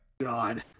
god